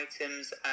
items